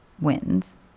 wins